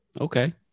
Okay